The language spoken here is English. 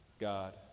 God